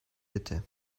bitte